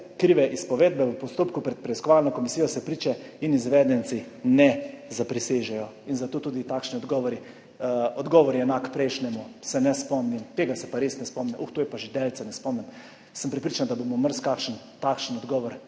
krive izpovedbe, v postopku pred preiskovalno komisijo se priče in izvedenci ne zaprisežejo. In zato tudi takšni odgovori – odgovor je enak prejšnjemu, se ne spomnim, tega se pa res ne spomnim, uh, to je pa že daleč, se ne spomnim. Sem prepričan, da bomo tudi dobili marsikak takšen odgovor.